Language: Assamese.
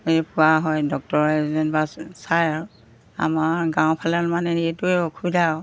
হেৰি পোৱা হয় ডক্তৰ এজন বা চায় আৰু আমাৰ গাঁও ফালে মানে এইটোৱেই অসুবিধা আৰু